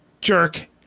jerk